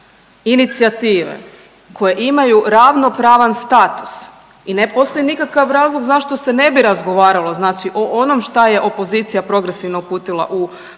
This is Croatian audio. inicijative koja imaju ravnopravan status i ne postoji nikakav razlog zašto se ne bi razgovaralo znači o onom šta je opozicija progresivno uputila u proceduru,